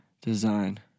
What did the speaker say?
design